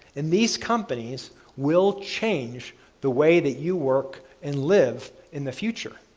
and these companies will change the way that you work and live in the future.